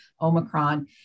Omicron